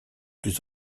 plus